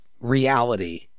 reality